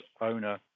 owner